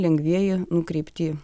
lengvieji nukreipti